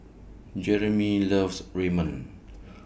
Jeremy loves Ramen